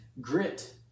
grit